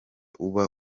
uba